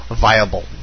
viable